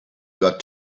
got